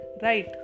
Right